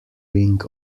ring